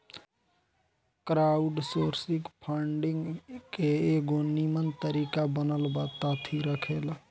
crowdsourcing funding के एगो निमन तरीका बनल बा थाती रखेला